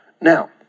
Now